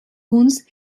uns